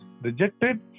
rejected